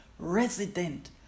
resident